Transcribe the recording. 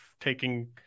taking